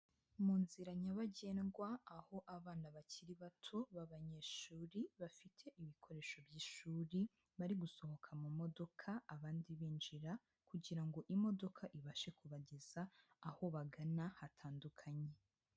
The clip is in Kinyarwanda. Mu nzira nyabagendwa aho abana bakiri bato b'abanyeshuri bafite ibikoresho by'ishuri, bari gusohoka mu modoka abandi binjira kugira ngo imodoka ibashe kubageza aho bagana hatandukanye.